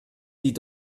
die